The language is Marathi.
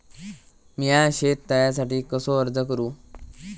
मीया शेत तळ्यासाठी कसो अर्ज करू?